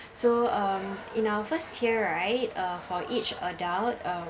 so um in our first tier right uh for each adult um